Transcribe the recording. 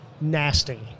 nasty